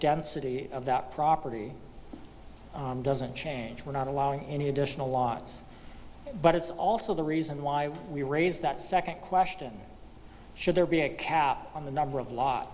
density of that property doesn't change we're not allowing any additional lot but it's also the reason why we raise that second question should there be a cap on the number of